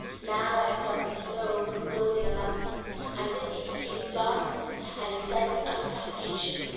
now i felt the snow closing above me and with it came darkness and a sense of suffocation.